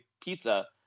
pizza